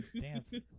dancing